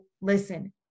listen